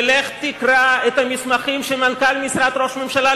ולך תקרא את המסמכים של מנכ"ל משרד ראש הממשלה,